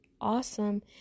awesome